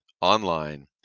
online